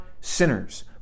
sinners